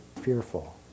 fearful